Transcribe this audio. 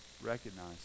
recognize